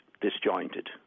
disjointed